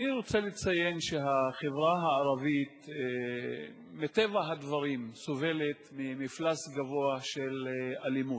אני רוצה לציין שהחברה הערבית מטבע הדברים סובלת ממפלס גבוה של אלימות.